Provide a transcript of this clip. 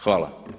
Hvala.